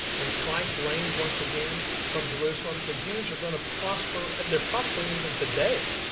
when christ reigns once again from jerusalem, the jews are going to prosper. they are prospering even today.